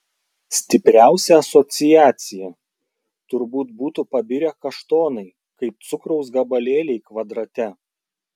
stipriausia asociacija turbūt būtų pabirę kaštonai kaip cukraus gabalėliai kvadrate